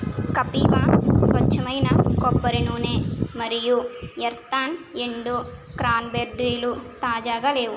కపీవ స్వచ్ఛమైన కొబ్బరి నూనె మరియు ఎర్తాన్ ఎండు క్రాన్బెర్రీలు తాజాగా లేవు